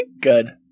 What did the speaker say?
Good